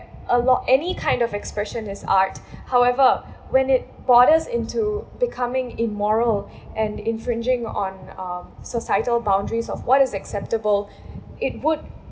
a lot any kind of expression is art however when it borders into becoming immoral and infringing on um societal boundaries of what is acceptable it would